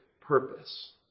purpose